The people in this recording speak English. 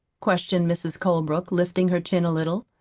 questioned mrs. colebrook, lifting her chin a little.